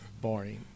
Boring